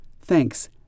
thanks